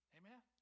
Amen